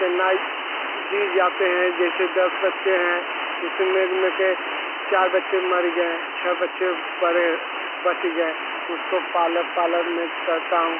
के नहीं जी जाते हैं जैसे दस बच्चे हैं उसमें मे के चार बच्चे मर गए छ बच्चे बड़े बच गए उसको पालक पालन मैं करता हूँ